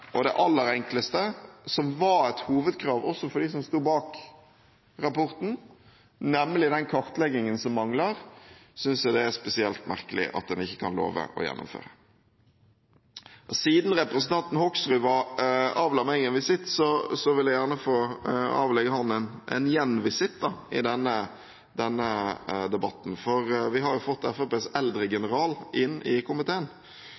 Det aller enkleste, som var et hovedkrav også fra dem som sto bak rapporten, nemlig den kartleggingen som mangler, synes jeg det er spesielt merkelig at en ikke kan love å gjennomføre. Siden representanten Hoksrud avla meg en visitt, vil jeg gjerne få avlegge ham en gjenvisitt i denne debatten, for vi har fått Fremskrittspartiets eldregeneral inn i komiteen.